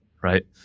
right